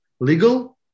legal